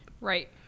Right